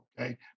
okay